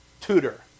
tutor